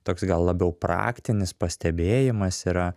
toks gal labiau praktinis pastebėjimas yra